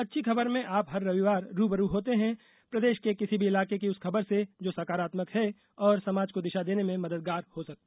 अच्छी खबर में आप हर रविवार रू ब रू होते हैं प्रदेश के किसी भी इलाके की उस खबर से जो सकारात्मक है और समाज को दिशा देने में मददगार हो सकती है